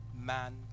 man